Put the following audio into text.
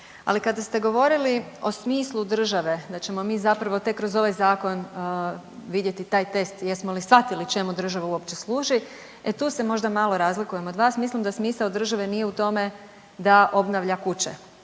Ali kada ste govorili o smislu države da ćemo mi zapravo tek kroz ovaj Zakon vidjeti taj test jesmo li shvatili čemu država uopće služi, e tu se možda malo razlikujem od vas. Mislim da smisao države nije u tome da obnavlja kuće,